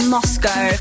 Moscow